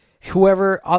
whoever